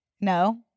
No